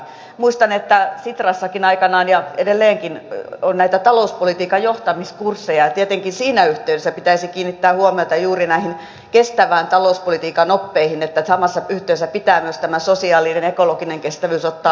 muistan että sitrassakin aikanaan oli ja edelleenkin on näitä talouspolitiikan johtamiskursseja ja tietenkin siinä yhteydessä pitäisi kiinnittää huomiota juuri näihin kestävän talouspolitiikan oppeihin että samassa yhteydessä pitää myös tämä sosiaalinen ja ekologinen kestävyys ottaa mukaan